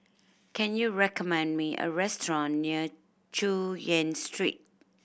can you recommend me a restaurant near Chu Yen Street